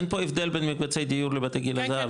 אין פה הבדל בין מקבצי הדיור לבתי גיל הזהב כן,